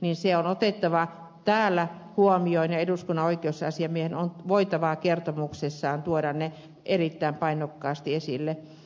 se on otettava täällä huomioon ja eduskunnan oikeusasiamiehen on voitava kertomuksessaan tuoda ne asiat erittäin painokkaasti esille